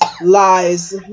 Lies